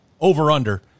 over-under